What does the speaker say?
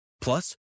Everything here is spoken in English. Plus